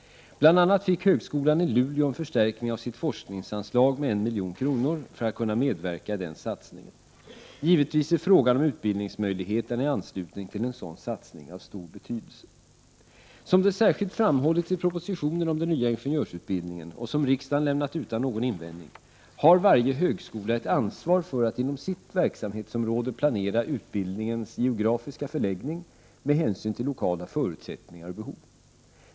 Bl.a. fick högskolan i Luleå en förstärkning av sitt forskningsanslag med 1 milj.kr. för att kunna medverka i denna satsning. Givetvis är frågan om utbildningsmöjligheterna i anslutning till en sådan satsning av stor betydelse. Som det särskilt framhållits i propositionen om den nya ingenjörsutbildningen — och som riksdagen lämnat utan någon invändning — har varje högskola ett ansvar för att inom sitt verksamhetsområde planera utbildningens geografiska förläggning med hänsyn till lokala förutsättningar och behov.